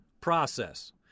process